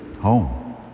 home